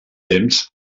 temps